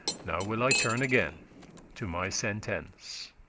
now will i turn again to my sentence.